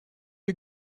you